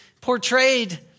portrayed